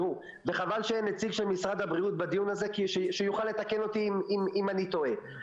וחבל שאין נציג של משרד הבריאות בדיון הזה שיוכל לתקן אותי אם אני טועה.